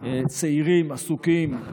צעירים עסוקים,